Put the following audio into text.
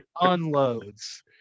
Unloads